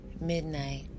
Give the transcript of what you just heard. Midnight